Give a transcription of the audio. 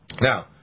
Now